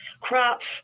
crops